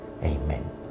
Amen